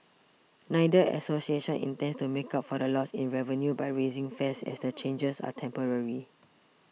neither association intends to make up for the loss in revenue by raising fares as the changes are temporary